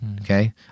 Okay